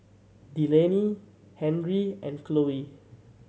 Delaney Henri and Khloe